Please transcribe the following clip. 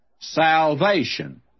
salvation